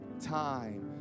time